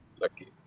lucky